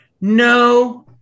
no